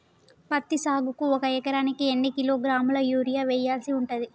పత్తి సాగుకు ఒక ఎకరానికి ఎన్ని కిలోగ్రాముల యూరియా వెయ్యాల్సి ఉంటది?